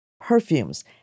perfumes